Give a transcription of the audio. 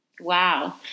Wow